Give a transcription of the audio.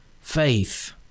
faith